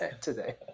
today